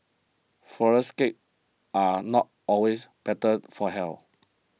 Flourless Cakes are not always better for health